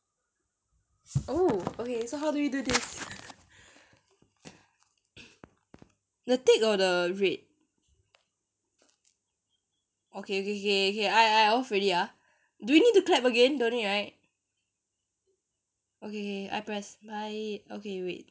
oh okay so how do we do this the tick or the red okay okay okay okay I I off already ah do we need to clap again don't need right okay okay I press bye okay wait